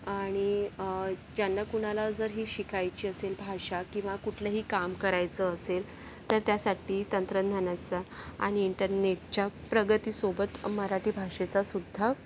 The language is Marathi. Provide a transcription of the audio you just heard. आणि ज्यांना कुणाला जर ही शिकायची असेल भाषा किंवा कुठलंही काम करायचं असेल तर त्यासाठी तंत्रज्ञानाचा आणि इंटरनेटच्या प्रगतीसोबत मराठी भाषेचासुद्धा